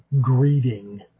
greeting